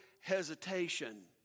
hesitation